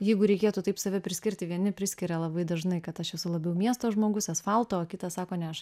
jeigu reikėtų taip save priskirti vieni priskiria labai dažnai kad aš esu labiau miesto žmogus asfalto o kitas sako ne aš